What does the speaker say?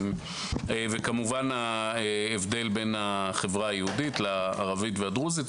וכמובן ההבדל בין חברה היהודית לערבית והדרוזית.